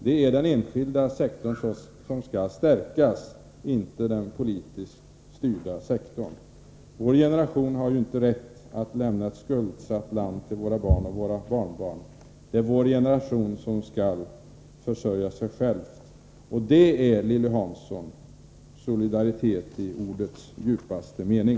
Det är den enskilda sektorn som skall stärkas, inte den politiskt styrda sektorn. Vår generation har inte rätt att lämna ett skuldsatt land till våra barn och barnbarn, vår generation skall försörja sig själv. Det är, Lilly Hansson, solidaritet i ordets djupaste mening.